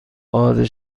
باد